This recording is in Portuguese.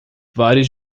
vários